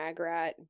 Magrat